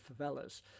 favelas